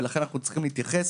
ולכן אנחנו צריכים להתייחס